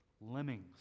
Lemmings